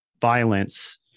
violence